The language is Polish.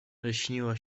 lśniła